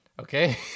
Okay